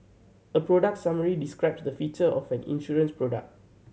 a product summary describes the feature of an insurance product